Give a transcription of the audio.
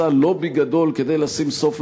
העניין, למה שהגשת בהצעת החוק.